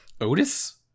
Otis